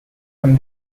from